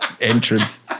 Entrance